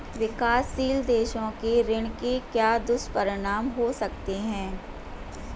विकासशील देशों के ऋण के क्या दुष्परिणाम हो सकते हैं?